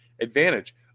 advantage